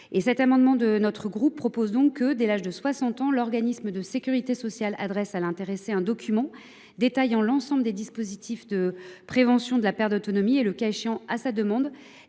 L’amendement de notre groupe tend à prévoir que, dès l’âge de 60 ans, l’organisme de sécurité sociale adresse à l’intéressé un document détaillant l’ensemble des dispositifs de prévention de la perte d’autonomie et, le cas échéant, à sa demande,